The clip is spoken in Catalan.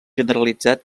generalitzat